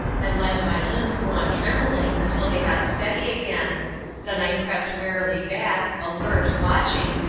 and let my limbs go on trembling until they got steady again then i crept warily back, alert, watching,